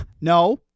no